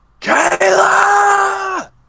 Kayla